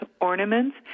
ornaments